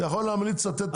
אתה יכול להמליץ לתת את הכסף.